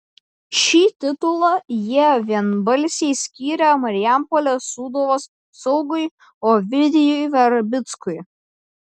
šį titulą jie vienbalsiai skyrė marijampolės sūduvos saugui ovidijui verbickui